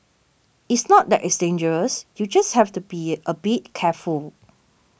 it's not that it's dangerous you just have to be a bit careful